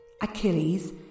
Achilles